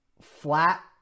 flat